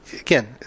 Again